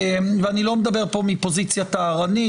ואני לא מדבר פה מפוזיציה טהרנית,